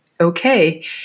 okay